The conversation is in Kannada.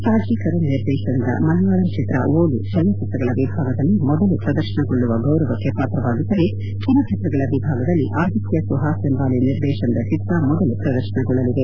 ಸಾಜಿ ಕರುಣ್ ನಿರ್ದೇತನದ ಮಲೆಯಾಳಂ ಚಿತ್ರ ಓಲು ಚಲನಚಿತ್ರಗಳ ವಿಭಾಗದಲ್ಲಿ ಮೊದಲು ಪ್ರದರ್ಶನಗೊಳ್ಳುವ ಗೌರವಕ್ಕೆ ಪಾತ್ರವಾಗಿದ್ದರೆ ಕಿರು ಚಿತ್ರಗಳ ವಿಭಾಗದಲ್ಲಿ ಆದಿತ್ತ ಸುಹಾಸ್ ಜಂಬಾಲೆ ನಿರ್ದೇತನದ ಚಿತ್ರ ಮೊದಲು ಪ್ರದರ್ತನಗೊಳ್ಳಲಿದೆ